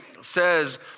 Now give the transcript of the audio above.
says